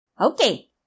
Okay